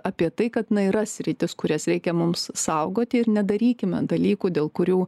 apie tai kad na yra sritys kurias reikia mums saugoti ir nedarykime dalykų dėl kurių